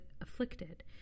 afflicted